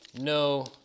no